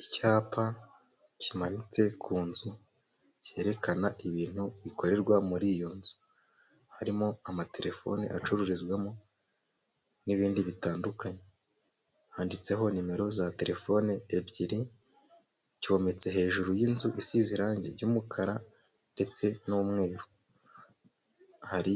Icyapa kimanitse ku nzu cyerekana ibintu bikorerwa muri iyo nzu, harimo amatelefoni acururizwamo n'ibindi bitandukanye, handitseho nimero za telefone ebyiri, cyometse hejuru y'inzu isize irangi ry'umukara ndetse n'umweru, hari